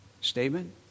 Statement